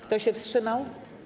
Kto się wstrzymał?